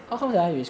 um